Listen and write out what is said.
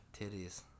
Titties